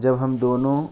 جب ہم دونوں